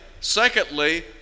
secondly